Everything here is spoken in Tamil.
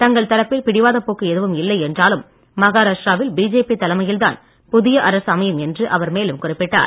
தங்கள் தரப்பில் பிடிவாதப் போக்கு எதுவும் இல்லை என்றாலும் மகாராஷ்டிராவில் பிஜேபி தலைமையில் தான் புதிய அரசு அமையும் என்று அவர் மேலும் குறிப்பிட்டார்